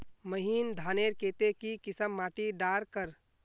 महीन धानेर केते की किसम माटी डार कर?